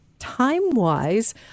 Time-wise